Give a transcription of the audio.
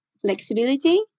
flexibility